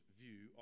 view